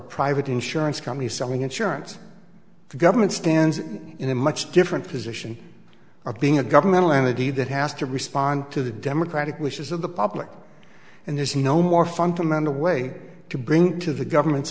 private insurance company selling insurance the government stands in a much different position of being a governmental entity that has to respond to the democratic wishes of the public and there's no more fundamental way to bring to the government's